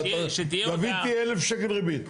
גביתי 1,000 שקלים ריבית.